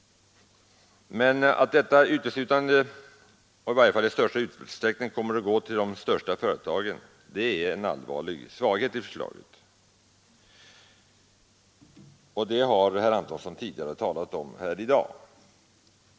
Men att detta kapital uteslutande, eller i varje fall i största utsträckning, kommer att gå till de största företagen är en allvarlig svaghet. Det har herr Antonsson talat om tidigare här i dag.